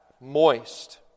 moist